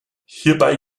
hierbei